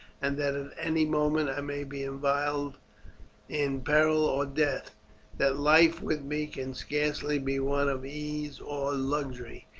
and that at any moment i may be involved in peril or death that life with me can scarcely be one of ease or luxury,